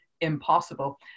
impossible